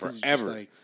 forever